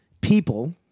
people